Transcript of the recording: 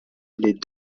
les